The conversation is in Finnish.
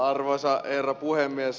arvoisa herra puhemies